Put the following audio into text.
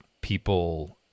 people